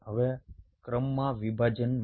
હવે ક્રમમાં વિભાજન માટે